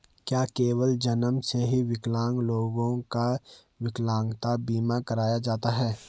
क्या केवल जन्म से विकलांग लोगों का ही विकलांगता बीमा कराया जाता है?